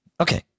okay